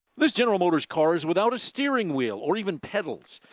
this general motors car is without a steering wheel or even pedals.